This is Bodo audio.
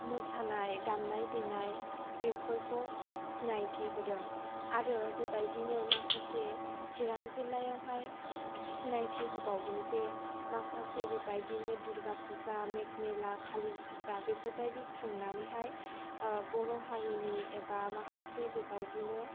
मोसानाय दामनाय देनाय बेफोरखौ सिनायथि होदों आरो बेबायदिनो माखासे चिरां जिल्लायावहाय सिनायथि होबावदों जे माखासे बेबायदिनो दुर्गा फुजा मेला खालि फुजा बेफोरबायदि खुंनानैहाय बर' हारिनि एबा माखासे बेबायदिनो